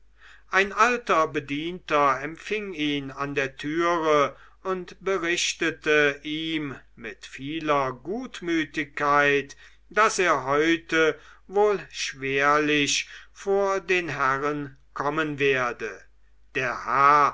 ein alter bedienter empfing ihn an der türe und berichtete ihm mit vieler gutmütigkeit daß er heute wohl schwerlich vor den herren kommen werde der herr